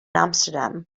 amsterdam